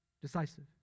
Decisive